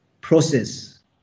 process